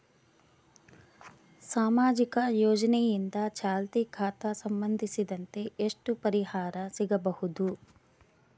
ಸಾಮಾಜಿಕ ಯೋಜನೆಯಿಂದ ಚಾಲತಿ ಖಾತಾ ಸಂಬಂಧಿಸಿದಂತೆ ಎಷ್ಟು ಪರಿಹಾರ ಸಿಗಬಹುದು?